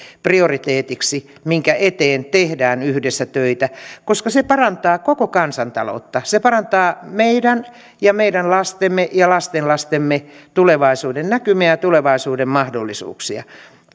prioriteetiksi minkä eteen tehdään yhdessä töitä koska se parantaa koko kansantaloutta se parantaa meidän ja meidän lastemme ja lastenlastemme tulevaisuudennäkymiä ja tulevaisuuden mahdollisuuksia